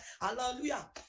hallelujah